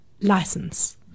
license